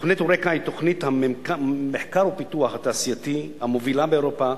תוכנית "יוריקה" היא תוכנית המחקר והפיתוח התעשייתי המובילה באירופה,